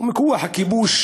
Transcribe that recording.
ומכוח הכיבוש